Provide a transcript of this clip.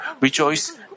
rejoice